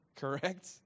correct